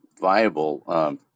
viable